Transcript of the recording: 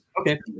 Okay